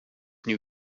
new